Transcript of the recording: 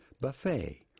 buffet